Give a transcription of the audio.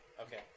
Okay